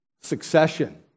succession